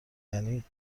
یعنی